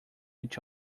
each